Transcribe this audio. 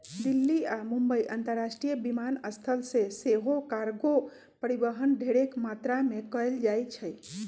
दिल्ली आऽ मुंबई अंतरराष्ट्रीय विमानस्थल से सेहो कार्गो परिवहन ढेरेक मात्रा में कएल जाइ छइ